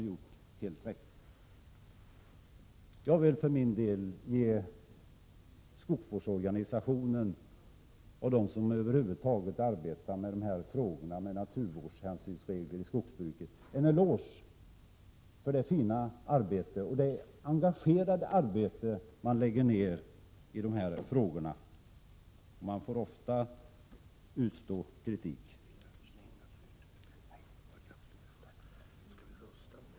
Jag vill för min del ge skogsvårdsorganisationen och dem som över huvud taget arbetar med naturvårdshänsynsregler i skogsbruket en eloge för det fina och engagerade arbete de lägger ned i de frågorna. De får ofta utstå kritik.